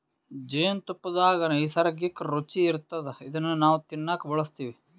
ಜೇನ್ತುಪ್ಪದಾಗ್ ನೈಸರ್ಗಿಕ್ಕ್ ರುಚಿ ಇರ್ತದ್ ಇದನ್ನ್ ನಾವ್ ತಿನ್ನಕ್ ಬಳಸ್ತಿವ್